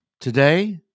Today